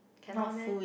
cannot meh